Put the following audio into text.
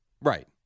Right